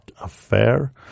Affair